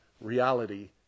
reality